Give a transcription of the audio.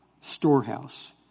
storehouse